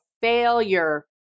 failure